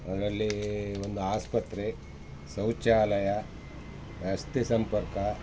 ಅದ್ರಲ್ಲಿ ಒಂದು ಆಸ್ಪತ್ರೆ ಶೌಚಾಲಯ ರಸ್ತೆ ಸಂಪರ್ಕ